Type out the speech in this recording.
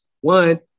One